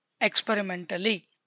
experimentally